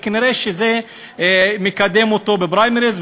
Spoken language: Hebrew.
וכנראה זה מקדם אותו בפריימריז.